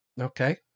Okay